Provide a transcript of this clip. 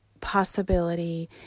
possibility